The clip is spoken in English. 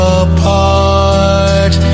apart